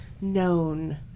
known